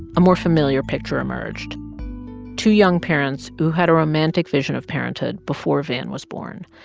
a more familiar picture emerged two young parents who had a romantic vision of parenthood before van was born.